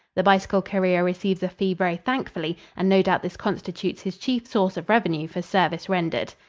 the bicycle courier receives a fee very thankfully and no doubt this constitutes his chief source of revenue for service rendered.